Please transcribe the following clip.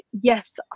yes